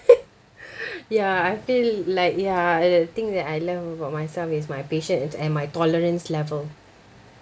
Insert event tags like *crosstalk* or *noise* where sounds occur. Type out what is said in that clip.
*breath* ya I feel like ya and the thing that I love about myself is my patient and my tolerance level